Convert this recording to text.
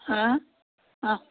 হাঁ অঁ